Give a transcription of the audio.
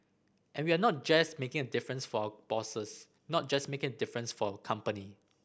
and we are not just making a difference for our bosses not just making a difference for our company